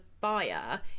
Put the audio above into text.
buyer